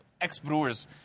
ex-brewers –